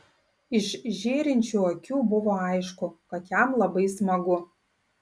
iš žėrinčių akių buvo aišku kad jam labai smagu